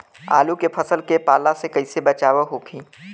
आलू के फसल के पाला से कइसे बचाव होखि?